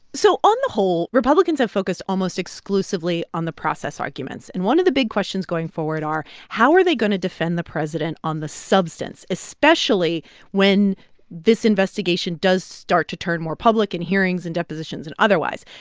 so on the whole, republicans have focused almost exclusively on the process arguments. and one of the big questions going forward are, how are they going to defend the president on the substance, especially when this investigation does start to turn more public in hearings and depositions and otherwise?